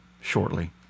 shortly